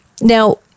Now